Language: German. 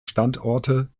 standorte